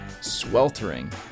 sweltering